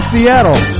Seattle